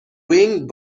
wing